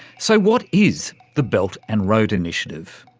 so, what is the belt and road initiative?